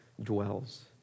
dwells